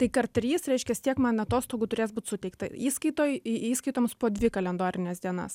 tai kart trys reiškias tiek man atostogų turės būt suteikta įskaitoj į įskaitoms po dvi kalendorines dienas